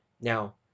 Now